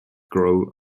grove